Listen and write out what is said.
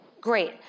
Great